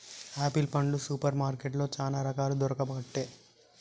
apple పండ్లు super మార్కెట్లో చానా రకాలు దొరుకబట్టె